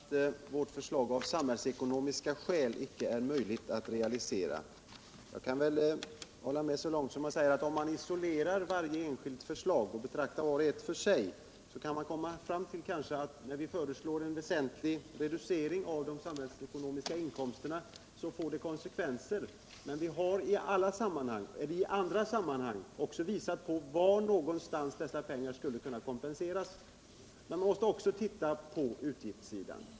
Herr talman! Johan Olsson säger att vårt förslag av samhällsekonomiska skäl icke är möjligt att realisera. Jag kan hålla med honom så långt som att säga att om man isolerar varje enskilt förslag och betraktar vart och ett för sig, så kanske man kan komma fram till att när vi föreslår en väsentlig reducering av de samhällsekonomiska insatserna medför detta konsekvenser. Men vi har i andra sammanhang också redovisat hur dessa pengar skulle kunna kompenseras. Vi har också sagt att man måste se på utgiftssidan.